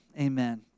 Amen